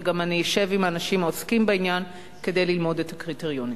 ואני אשב עם האנשים העוסקים בעניין כדי ללמוד את הקריטריונים.